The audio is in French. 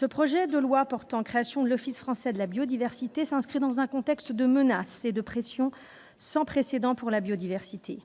le projet de loi portant création de l'Office français de la biodiversité s'inscrit dans un contexte de menaces et de pressions sans précédent pour la biodiversité.